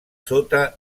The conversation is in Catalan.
sota